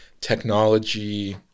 technology